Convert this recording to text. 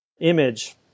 image